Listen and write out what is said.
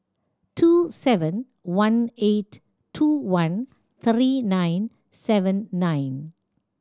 two seven one eight two one three nine seven nine